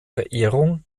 verehrung